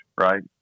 right